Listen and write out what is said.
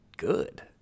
Good